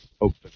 open